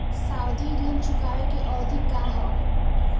सावधि ऋण चुकावे के अवधि का ह?